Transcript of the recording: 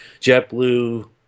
JetBlue